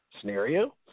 scenario